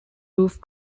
roof